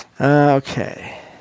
Okay